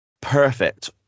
perfect